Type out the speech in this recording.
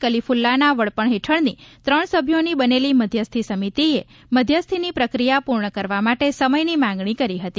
કલિફુલ્લાના વડપણ હેઠળની ત્રણ સભ્યોની બનેલી મધ્યસ્થી સમિતિએ મધ્યસ્થીની પ્રક્રિયા પૂર્ણ કરવા માટે સમયની માંગણી કરી હતી